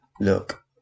look